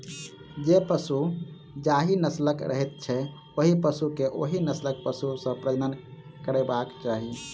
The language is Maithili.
जे पशु जाहि नस्लक रहैत छै, ओहि पशु के ओहि नस्लक पशु सॅ प्रजनन करयबाक चाही